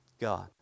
God